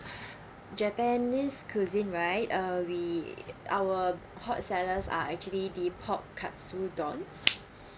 japanese cuisine right uh we our hot sellers are actually the pork katsu don